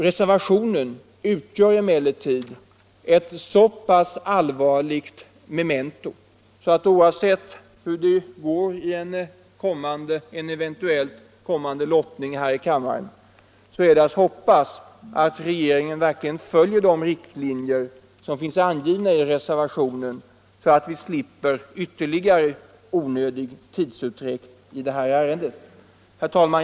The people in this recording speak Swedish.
Reservationen utgör emellertid ett så pass allvarligt memento att det, oavsett hur det går i en eventuell kommande lottning här i kammaren, är att hoppas att regeringen följer de riktlinjer som är angivna i reservationen. Vi skulle då slippa ytterligare onödig tidsutdräkt i ärendet. Herr talman!